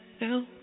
now